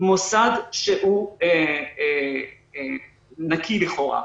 מוסד שהוא נקי לכאורה,